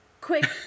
quick